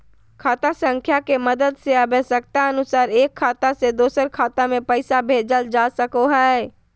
खाता संख्या के मदद से आवश्यकता अनुसार एक खाता से दोसर खाता मे पैसा भेजल जा सको हय